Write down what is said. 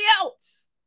else